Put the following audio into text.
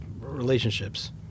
relationships